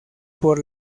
por